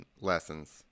lessons